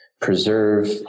preserve